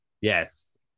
Yes